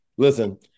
Listen